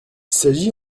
s’agit